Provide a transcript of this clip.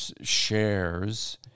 shares